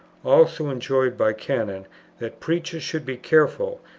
also enjoined by canon that preachers should be careful,